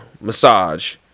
massage